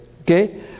Okay